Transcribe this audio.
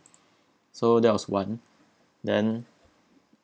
so that was one then